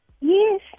Yes